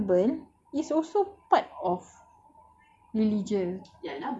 but actually to look presentable is also part of